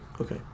Okay